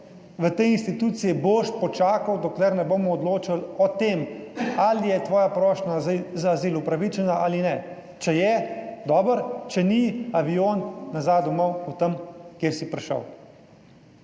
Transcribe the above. v tej instituciji boš počakal, dokler ne bomo odločali o tem ali je tvoja prošnja za azil upravičena ali ne. Če je, dobro, če ni, avion nazaj domov od tam, kjer si prišel.